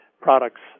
products